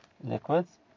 liquids